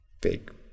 big